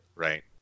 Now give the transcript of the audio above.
right